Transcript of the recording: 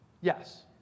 Yes